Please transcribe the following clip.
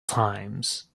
times